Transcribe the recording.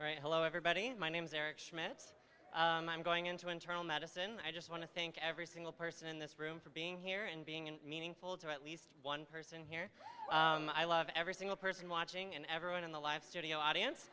right hello everybody my name is eric schmidt's i'm going into internal medicine i just want to thank every single person in this room for being here and being in meaningful to at least one person here i love every single person watching and everyone in the live studio audience